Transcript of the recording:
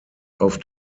auf